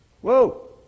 Whoa